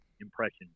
impression